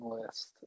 list